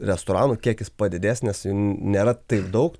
restoranų kiekis padidės nes nėra taip daug